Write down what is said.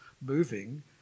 moving